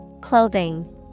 Clothing